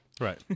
Right